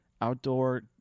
outdoor